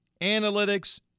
analytics